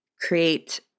create